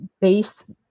base